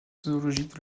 zoologique